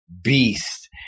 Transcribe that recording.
beast